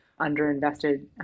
underinvested